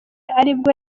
aribwo